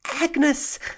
agnes